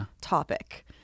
topic